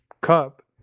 Cup